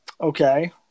Okay